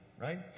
Right